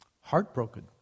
Heartbroken